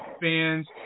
Fans